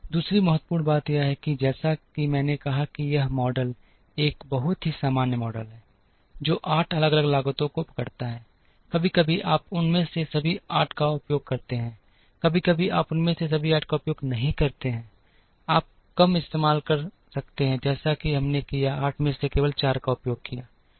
दूसरी महत्वपूर्ण बात यह है कि जैसा कि मैंने कहा कि यह मॉडल एक बहुत ही सामान्य मॉडल है जो 8 अलग अलग लागतों को पकड़ता है कभी कभी आप उनमें से सभी 8 का उपयोग करते हैं कभी कभी आप उनमें से सभी 8 का उपयोग नहीं करते हैं आप कम इस्तेमाल कर सकते हैं जैसा कि हमने किया 8 में से केवल 4 का उपयोग किया गया